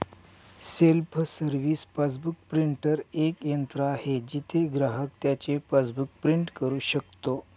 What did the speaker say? self service passbook printer एक यंत्र आहे जिथे ग्राहक त्याचे पासबुक प्रिंट करू शकतो